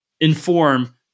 inform